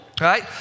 right